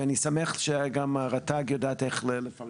ואני שמח שגם רשות הטבע והגנים יודעים איך לפרגן,